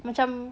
macam